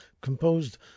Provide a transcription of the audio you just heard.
composed